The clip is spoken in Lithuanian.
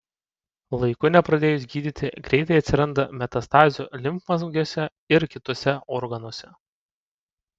laiku nepradėjus gydyti greitai atsiranda metastazių limfmazgiuose ir kituose organuose